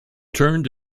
turned